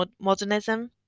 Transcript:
modernism